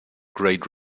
great